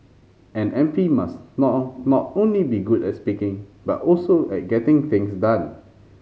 an M P must now now not only be good at speaking but also at getting things done